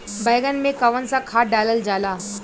बैंगन में कवन सा खाद डालल जाला?